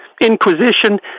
inquisition